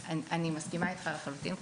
אני מסכימה איתך לחלוטין,